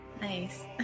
Nice